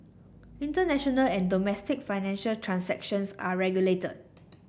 international and domestic financial transactions are regulated